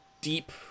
deep